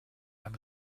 ein